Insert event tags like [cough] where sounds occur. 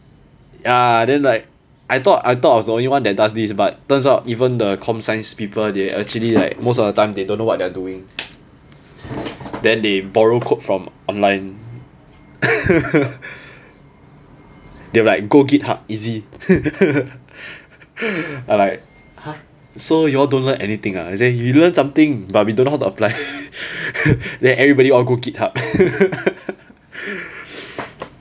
ya then like I thought I thought I was the only one that does this but turns out even the comp science people they actually like most of the time they don't know what they're doing then they borrow code from online they like go easy [laughs] or like !huh! so y'all don't learn anything ah as in you learn something but we don't know how to apply then everybody all go get